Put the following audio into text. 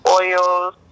oils